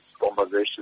conversation